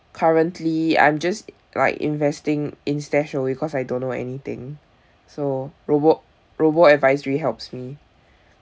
currently I'm just like investing in StashAway because I don't know anything so robo robo advisory helps me